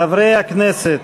חברי הכנסת,